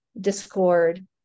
discord